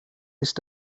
ist